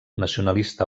nacionalista